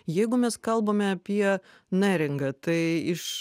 jeigu mes kalbame apie neringą tai iš